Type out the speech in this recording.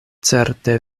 certe